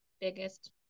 biggest